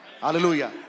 Hallelujah